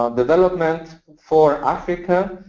um development for africa.